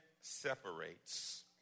separates